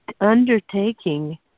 undertaking